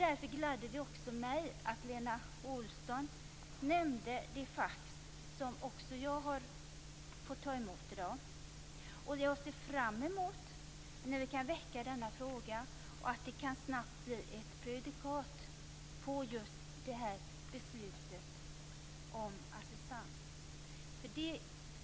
Därför gladde det också mig att Lena Olsson nämnde det fax som också jag har fått ta emot i dag. Jag ser fram emot när vi kan väcka denna fråga och hoppas att det snabbt kan bli ett prejudikat i fråga om det här beslutet om assistans.